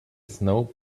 snow